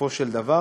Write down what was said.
בסופו של דבר,